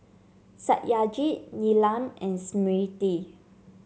Satyajit Neelam and Smriti